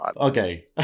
Okay